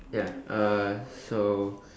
ya uh so